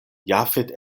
jafet